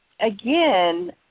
again